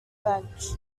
bench